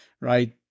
right